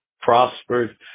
prospered